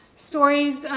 stories,